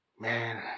Man